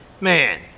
man